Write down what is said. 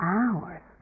hours